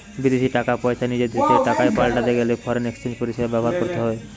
বিদেশী টাকা পয়সা নিজের দেশের টাকায় পাল্টাতে গেলে ফরেন এক্সচেঞ্জ পরিষেবা ব্যবহার করতে হবে